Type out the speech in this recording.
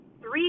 three